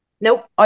Nope